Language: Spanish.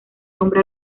nombre